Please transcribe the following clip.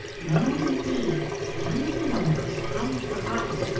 no, indeed, danny meadow mouse hadn't forgotten.